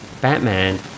Batman